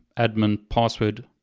admin password,